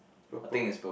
purple